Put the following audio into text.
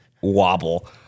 wobble